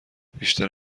بیشتر